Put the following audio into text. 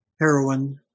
heroin